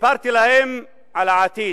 סיפרתי להם על העתיד,